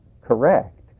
correct